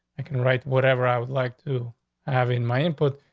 i can write whatever i would like to have in my input.